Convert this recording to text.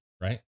right